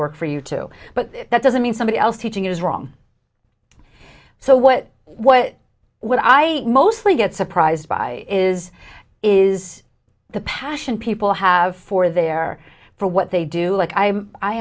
work for you too but that doesn't mean somebody else teaching is wrong so what what what i mostly get surprised by is is the passion people have for their for what they do like i